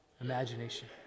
imagination